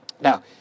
Now